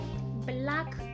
black